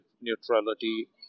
neutrality